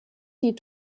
die